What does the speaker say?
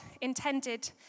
intended